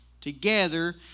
together